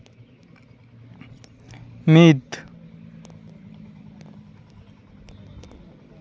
ᱢᱤᱫ